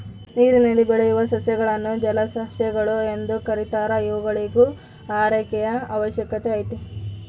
ನೀರಿನಲ್ಲಿ ಬೆಳೆಯುವ ಸಸ್ಯಗಳನ್ನು ಜಲಸಸ್ಯಗಳು ಎಂದು ಕೆರೀತಾರ ಇವುಗಳಿಗೂ ಆರೈಕೆಯ ಅವಶ್ಯಕತೆ ಐತೆ